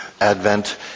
Advent